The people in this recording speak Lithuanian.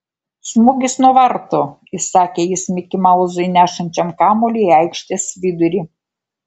smūgis nuo vartų įsakė jis mikimauzui nešančiam kamuolį į aikštės vidurį